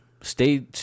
stay